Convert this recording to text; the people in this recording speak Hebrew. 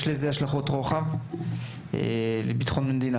יש לזה השלכות רוחב על ביטחון המדינה,